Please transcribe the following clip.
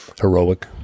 heroic